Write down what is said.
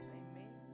amen